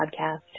Podcast